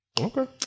Okay